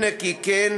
הנה כי כן,